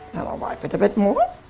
um um wipe it a bit more.